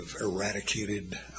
eradicated